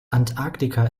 antarktika